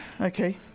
Okay